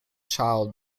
child